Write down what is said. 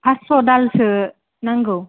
पास्स' दालसो नांगौ